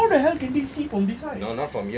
how the hell can they see from this side